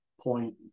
point